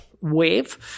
wave